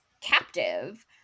captive